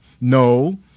No